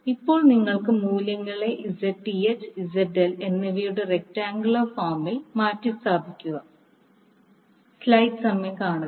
ഇപ്പോൾ നിങ്ങൾ മൂല്യങ്ങളെ Zth ZL എന്നിവയുടെ റെക്റ്റാങ്ഗ്യലർ ഫോമിൽ മാറ്റിസ്ഥാപിക്കുക